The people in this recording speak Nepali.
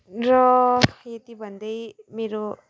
र यति भन्दै मेरो